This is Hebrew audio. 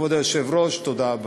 כבוד היושב-ראש, תודה רבה.